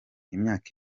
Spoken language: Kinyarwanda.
imyaka